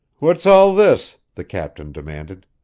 what's all this? the captain demanded.